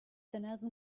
nelson